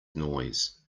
noise